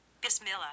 Bismillah